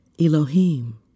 Elohim